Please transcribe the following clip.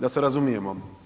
Da se razumijemo.